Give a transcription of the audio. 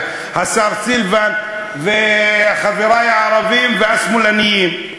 השר סילבן וחברי הערבים והשמאלנים.